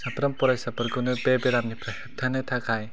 साफ्राम फरायसाफोरखौबो बे बेरामनिफ्राय होबथानो थाखाय